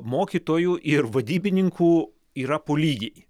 mokytojų ir vadybininkų yra po lygiai